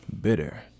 bitter